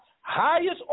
highest